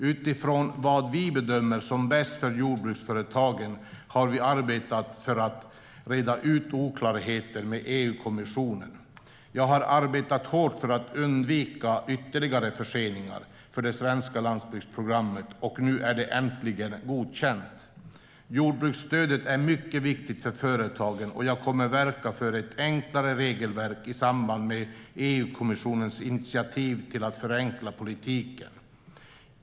Utifrån vad vi bedömt som bäst för jordbruksföretagen har vi arbetat för att reda ut oklarheter med EU-kommissionen. Jag har arbetat hårt för att undvika ytterligare förseningar för det svenska landsbygdsprogrammet, och nu är det äntligen godkänt. Jordbruksstöden är mycket viktiga för företagen, och jag kommer att verka för ett enklare regelverk i samband med EU-kommissionens initiativ till att förenkla politiken.